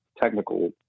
technical